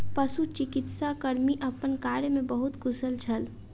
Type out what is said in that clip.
पशुचिकित्सा कर्मी अपन कार्य में बहुत कुशल छल